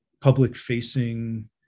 public-facing